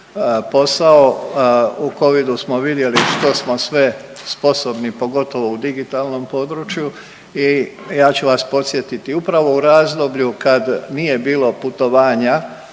posao. U covidu smo vidjeli što smo sve sposobni pogotovo u digitalnom području. I ja ću vas podsjetiti upravo u razdoblju kad nije bilo putovanja